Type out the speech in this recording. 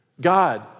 God